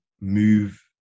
move